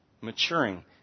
maturing